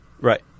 right